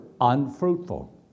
unfruitful